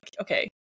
okay